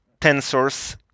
tensors